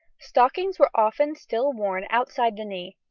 stockings were often still worn outside the knee.